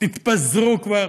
תתפזרו כבר,